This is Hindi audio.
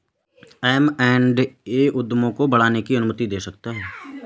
एम एण्ड ए उद्यमों को बढ़ाने की अनुमति दे सकता है